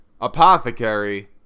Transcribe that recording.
Apothecary